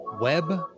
web